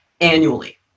annually